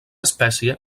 espècie